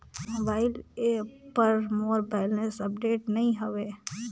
mobile app पर मोर balance update नई हवे